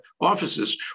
offices